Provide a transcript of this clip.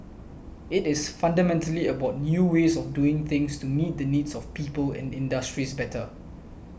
it is fundamentally about new ways of doing things to meet the needs of people and industries better